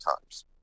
times